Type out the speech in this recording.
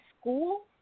school